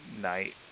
night